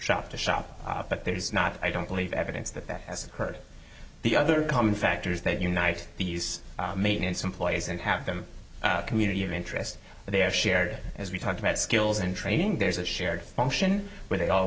shop to shop but there is not i don't believe evidence that that has occurred the other common factors that unite these maintenance employees and have them community in interest they are shared as we talked about skills in training there's a shared function where they all